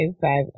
five